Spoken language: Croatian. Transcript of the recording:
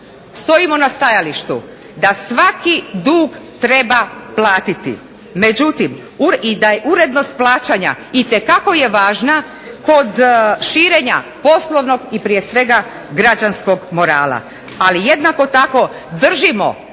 stojimo na stajalištu da svaki dug treba platiti i da je urednost plaćanja itekako važna kod širenja poslovnog i prije svega građanskog morala. Ali jednako tako držimo